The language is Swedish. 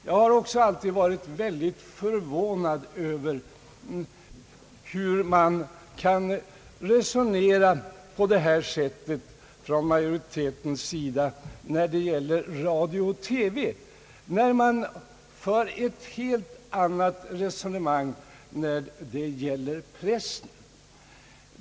Jag har också alltid varit mycket förvånad över att man kan resonera på det sätt som man gör från majoritetens sida beträffande radio och TV, när man för ett helt annat resonemang vad gäller pressen.